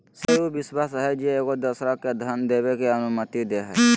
श्रेय उ विश्वास हइ जे एगो दोसरा के धन देबे के अनुमति दे हइ